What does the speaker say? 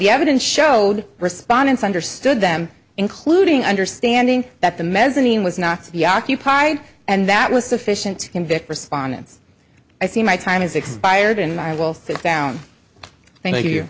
the evidence showed respondents understood them including understanding that the mezzanine was not to be occupied and that was sufficient to convict respondents i see my time has expired and i will sit down